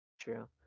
true